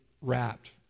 wrapped